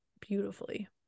beautifully